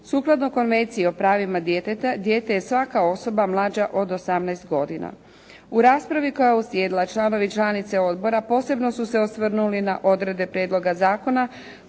Sukladno Konvenciji o pravima djeteta, dijete je svaka osoba mlađa od 18 godina. U raspravi koja je uslijedila članovi i članice odbora posebno su se osvrnuli na odredbe prijedloga zakona